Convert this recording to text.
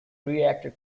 reactor